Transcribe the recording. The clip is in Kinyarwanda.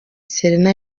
serena